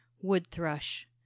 wood-thrush